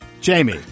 Jamie